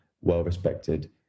well-respected